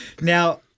Now